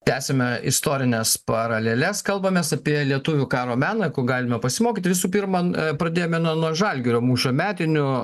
tęsiame istorines paraleles kalbamės apie lietuvių karo meną ko galima pasimokyti visų pirma pradėjome nuo nuo žalgirio mūšio metinių